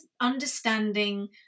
understanding